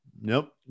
Nope